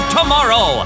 Tomorrow